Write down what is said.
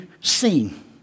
seen